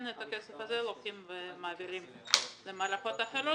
את הכסף הזה לוקחים ומעבירים למערכות אחרות.